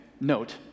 note